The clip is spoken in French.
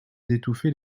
d’étouffer